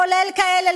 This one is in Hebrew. כולל כאלה,